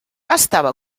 estava